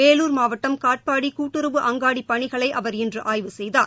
வேலுர் மாவட்டம் காட்பாடி கூட்டுறவு அங்காடி பணிகளை அவர் இன்று ஆய்வு செய்தார்